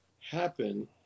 happen